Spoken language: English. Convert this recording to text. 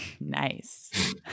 nice